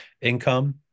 income